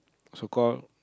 so call